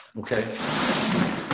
Okay